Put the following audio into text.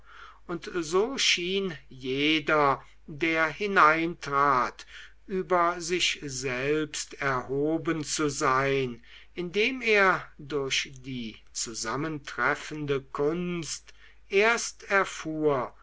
und so schien jeder der hineintrat über sich selbst erhoben zu sein indem er durch die zusammentreffende kunst erst erfuhr